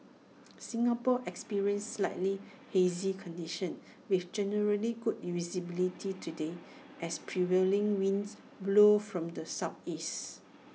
Singapore experienced slightly hazy conditions with generally good visibility today as prevailing winds blow from the Southeast